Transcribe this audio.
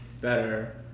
better